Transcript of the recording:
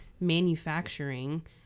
manufacturing